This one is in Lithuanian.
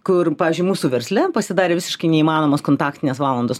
kur pavyzdžiui mūsų versle pasidarė visiškai neįmanomos kontaktinės valandos